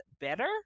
Better